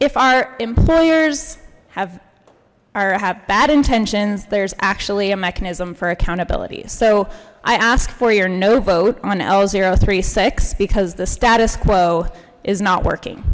if our employee have our have bad intentions there's actually a mechanism for accountability so i ask for your no vote on l zero three six because the status quo is not working